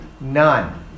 None